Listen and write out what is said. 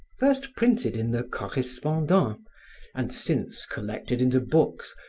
first printed in the correspondant and since collected into books,